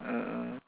ah ah